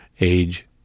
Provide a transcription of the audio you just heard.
age